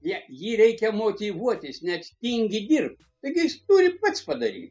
je jį reikia motyvuoti jis net tingi dirbt taigi jis turi pats padaryt